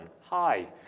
hi